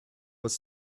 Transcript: was